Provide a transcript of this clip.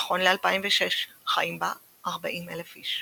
נכון ל-2006 חיים בה כ-40,000 איש.